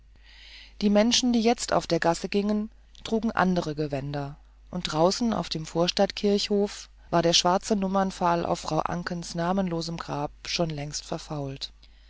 die menschen die jetzt auf der gasse gingen trugen andere gewänder und draußen auf dem vorstadtskirchhof war der schwarze nummerpfahl auf frau ankens namenlosen grab schon längst verfault